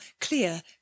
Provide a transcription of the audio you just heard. clear